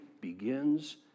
begins